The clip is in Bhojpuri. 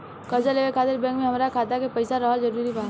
कर्जा लेवे खातिर बैंक मे हमरा खाता मे पईसा रहल जरूरी बा?